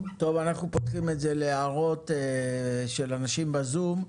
אנחנו פותחים להערות של אנשים בזום.